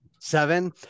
seven